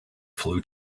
flew